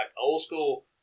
old-school